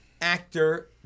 actor